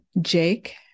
jake